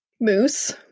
Moose